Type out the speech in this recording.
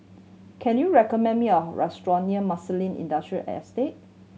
can you recommend me a restaurant near Marsiling Industrial Estate